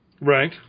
Right